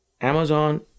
amazon